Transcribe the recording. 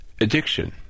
addiction